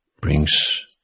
brings